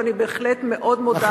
ואני בהחלט מאוד מודה על התשובה הזאת.